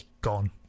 Gone